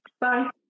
Bye